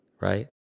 right